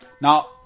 Now